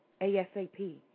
ASAP